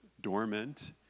dormant